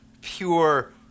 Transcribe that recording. pure